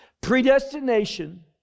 Predestination